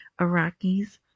Iraqis